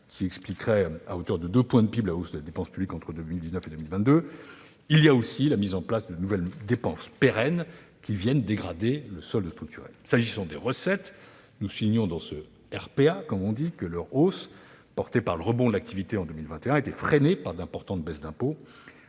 qui expliqueraient à hauteur de 2 points de PIB la hausse des dépenses publiques entre 2019 et 2022, c'est bel et bien la mise en place de nouvelles dépenses pérennes qui vient dégrader le solde structurel. S'agissant des recettes, nous soulignons dans le rapport public annuel (RPA) que leur hausse, portée par le rebond de l'activité en 2021, a été freinée par d'importantes baisses d'impôts.